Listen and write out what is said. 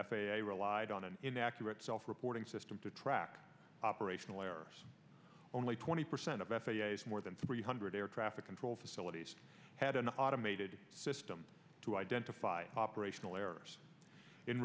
a relied on an inaccurate self reporting system to track operational errors only twenty percent of f a s more than three hundred air traffic control facilities had an automated system to identify operational errors in